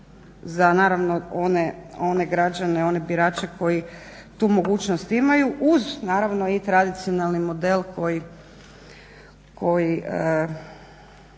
za naravno one građane one birače koji tu mogućnost imaju uz naravno i tradicionalni model koji